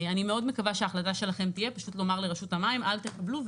אני מאוד מקווה שההחלטה שלכם תהיה פשוט לומר לרשות המים: אל תקבלו,